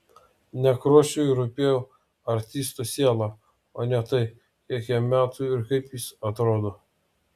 nekrošiui rūpėjo artisto siela o ne tai kiek jam metų ir kaip jis atrodo